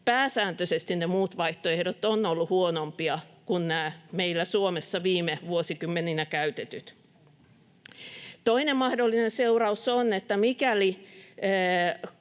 pääsääntöisesti ne muut vaihtoehdot ovat olleet huonompia kuin nämä meillä Suomessa viime vuosikymmeninä käytetyt. Toinen mahdollinen seuraus on, että mikäli